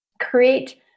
create